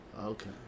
Okay